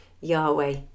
Yahweh